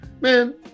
man